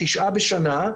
תשעה בשנה,